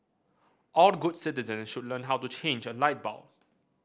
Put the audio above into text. all good citizens should learn how to change a light bulb